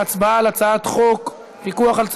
להצבעה על הצעת חוק פיקוח על צהרונים,